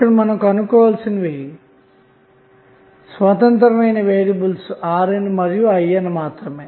ఇక్కడ మనం కనుగొనాల్సినవి స్వతంత్రమైన వేరియబుల్స్RNమరియు INమాత్రమే